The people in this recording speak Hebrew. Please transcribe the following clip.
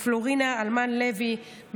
לפלורינה הלמן לוין,